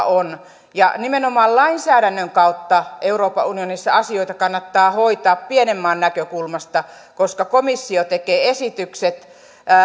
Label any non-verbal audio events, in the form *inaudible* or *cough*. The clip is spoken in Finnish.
*unintelligible* on nimenomaan lainsäädännön kautta euroopan unionissa asioita kannattaa hoitaa pienen maan näkökulmasta koska komissio tekee esitykset ja